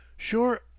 Sure